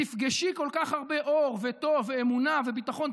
תפגשי כל כך הרבה אור וטוב ואמונה וביטחון.